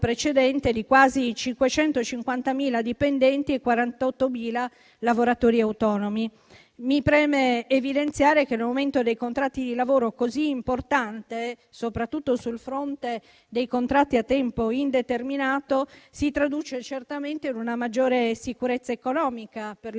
precedente di quasi 550.000 dipendenti e 48.000 lavoratori autonomi. Mi preme evidenziare che l'aumento dei contratti di lavoro, così importante soprattutto sul fronte di quelli a tempo indeterminato, si traduce certamente in una maggiore sicurezza economica per le